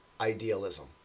idealism